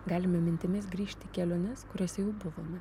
galima mintimis grįžti į keliones kuriose jau buvome